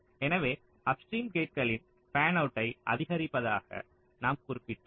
எனவே அப்ஸ்ட்ரீம் கேட்களின் பேன்அவுட்டை அதிகரிப்பதாக நாம் குறிப்பிட்டோம்